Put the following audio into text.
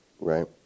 Right